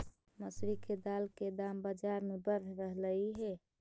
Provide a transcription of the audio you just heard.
मसूरी के दाल के दाम बजार में बढ़ रहलई हे